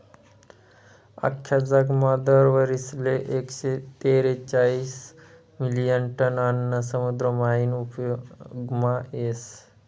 आख्खा जगमा दर वरीसले एकशे तेरेचायीस मिलियन टन आन्न समुद्र मायीन उपेगमा येस